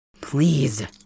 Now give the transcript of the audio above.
Please